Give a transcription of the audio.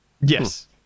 Yes